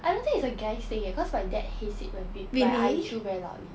I don't think it's a guy's thing eh cause my dad hates it when I chew very loudly